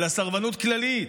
אלא סרבנות כללית.